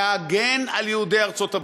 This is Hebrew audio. להגן על יהודי ארצות-הברית.